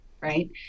right